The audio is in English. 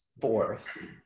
fourth